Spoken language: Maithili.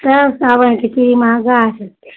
तब साओनके चूड़ी महगा छै